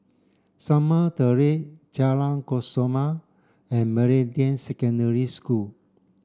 Shamah Terrace Jalan Kesoma and Meridian Secondary School